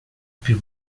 più